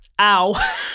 ow